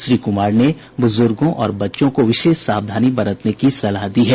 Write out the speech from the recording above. श्री कुमार ने बुजुर्गों और बच्चों को विशेष सावधानी बरतने की सलाह दी है